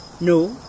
No